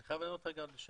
אני חייב לענות לשאלתך,